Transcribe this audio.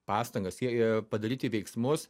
pastangas jei padaryti veiksmus